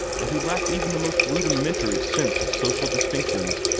and who lacked even the most rudimentary sense of social distinctions.